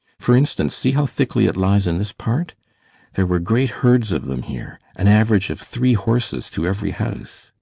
for instance, see how thickly it lies in this part there were great herds of them here, an average of three horses to every house.